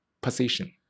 position